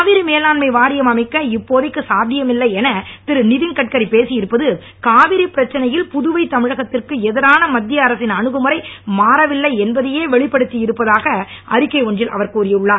காவிரி மேலாண்மை வாரியம் அமைக்க இப்போதைக்கு சாத்தியமில்லை என திருநித்தின் கட்கரி பேசியிருப்பது காவிரி பிரச்சனையில் புதுவை தமிழகத்திற்கு எதிரான மத்திய அரசின் அணுகுமுறை மாறவில்லை என்பதையே வெளிப்படுத்தி இருப்பதாக அறிக்கை ஒன்றில் அவர் கூறியுளார்